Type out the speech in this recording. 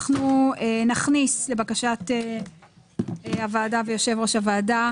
אנחנו מבקשים התייעצות סיעתית.